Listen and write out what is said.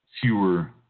fewer